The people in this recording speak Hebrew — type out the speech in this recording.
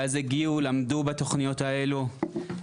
ואז הגיעו ולמדו בתוכניות האלו,